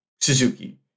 Suzuki